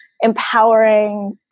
empowering